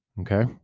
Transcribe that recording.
okay